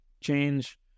change